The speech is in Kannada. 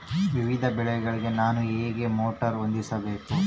ವಿವಿಧ ಬೆಳೆಗಳಿಗೆ ನಾನು ಹೇಗೆ ಮೋಟಾರ್ ಹೊಂದಿಸಬೇಕು?